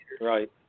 Right